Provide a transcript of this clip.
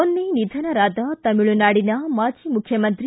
ಮೊನ್ನೆ ನಿಧನರಾದ ತಮಿಳುನಾಡಿನ ಮಾಜಿ ಮುಖ್ಖಮಂತ್ರಿ